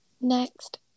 Next